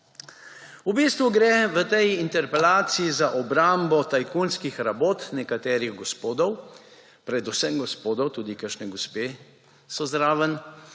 V bistvu gre v tej interpelacijo za obrambo tajkunskih rabot nekaterih gospodov – predvsem gospodov, tudi kakšne gospe so zraven